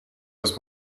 was